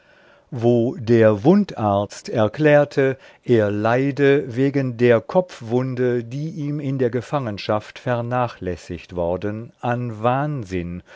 wo der wundarzt erklärte er leide wegen der kopfwunde die ihm in der gefangenschaft vernachlässigt worden an wahnsinn